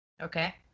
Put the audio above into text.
Okay